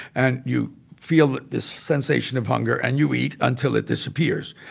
and you feel this sensation of hunger, and you eat until it disappears.